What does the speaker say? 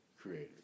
creators